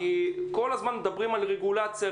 כי כל הזמן מדברים על רגולציה,